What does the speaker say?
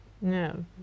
No